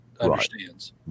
understands